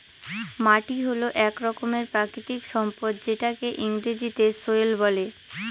মাটি হল এক রকমের প্রাকৃতিক সম্পদ যেটাকে ইংরেজিতে সয়েল বলে